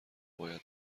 باید